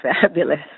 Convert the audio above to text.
fabulous